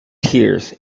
tears